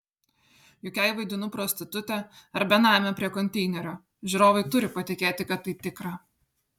juk jei vaidinu prostitutę ar benamę prie konteinerio žiūrovai turi patikėti kad tai tikra